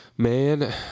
Man